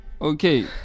Okay